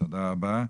תודה רבה.